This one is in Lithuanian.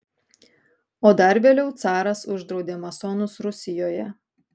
o dar vėliau caras uždraudė masonus rusijoje